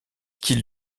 qu’il